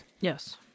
Yes